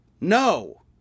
no